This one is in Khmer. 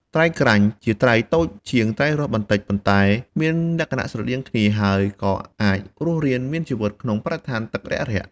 ត្រីក្រាញ់ ជាត្រីតូចជាងត្រីរស់បន្តិច ប៉ុន្តែមានលក្ខណៈស្រដៀងគ្នា ហើយក៏អាចរស់រានមានជីវិតក្នុងបរិស្ថានទឹករាក់ៗ។